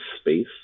space